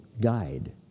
guide